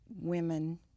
women